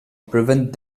prevent